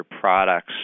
products